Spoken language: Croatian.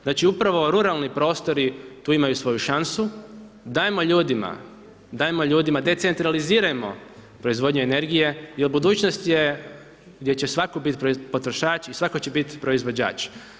Znači upravo ruralni prostori tu imaju svoju šansu, dajmo ljudima te decentralizirajmo proizvodnju energije jer budućnost je gdje će svatko biti potrošač i svako će biti proizvođač.